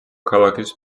ქალაქის